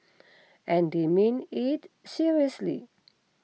and they meant it seriously